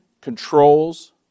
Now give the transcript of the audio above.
controls